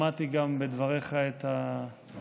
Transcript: שמעתי גם בדבריך את האיחולים,